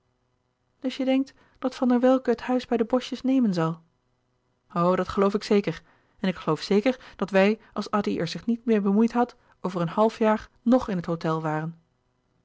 dus je denkt dat van der welcke het huis bij de boschjes nemen zal o dat geloof ik zeker en ik geloof zeker dat wij als addy er zich niet meê bemoeid had over een half jaar nog in het hôtel waren